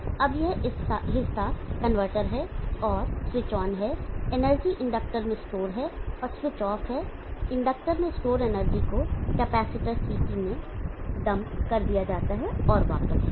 तो अब यह हिस्सा कनवर्टर है और स्विच ON है एनर्जी इंडक्टर में स्टोर है और स्विच OFF है इंडक्टर में स्टोर एनर्जी को कैपेसिटर ct में डंप कर दिया जाता है और वापस